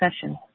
session